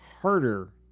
harder